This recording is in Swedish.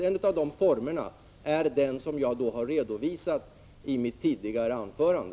En av dem är den som jag har redovisat i mitt tidigare anförande.